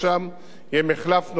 זו בשורה מאוד חשובה.